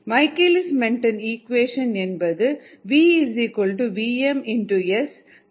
Michaelis Menten equation என்பது vvmSKmS